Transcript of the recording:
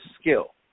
skill